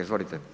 Izvolite.